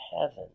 heaven